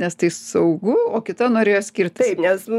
nes tai saugu o kita norėjo skirtis nes